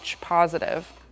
positive